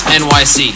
nyc